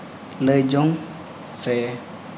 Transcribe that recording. ᱞᱟᱹᱭ ᱡᱚᱝ ᱥᱮ